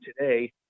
today